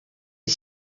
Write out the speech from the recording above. est